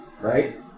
Right